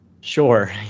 Sure